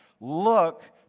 look